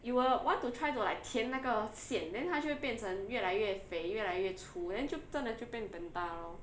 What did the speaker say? you will want to try to like 填那个线 then 它就会变成越来越肥越来越粗 then 就真的就变 panda lor